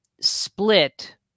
split